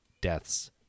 deaths